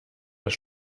das